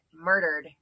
murdered